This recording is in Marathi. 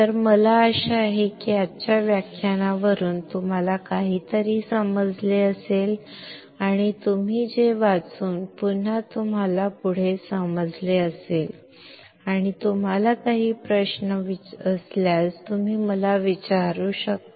तर मला आशा आहे की आजच्या व्याख्यानावरून तुम्हाला काहीतरी समजले असेल आणि तुम्ही ते वाचून तुम्हाला पुढे समजले असेल आणि तुम्हाला काही प्रश्न असल्यास तुम्ही मला विचारू शकता